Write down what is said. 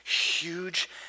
huge